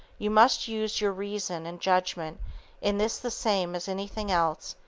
you must use your reason and judgment in this the same as anything else,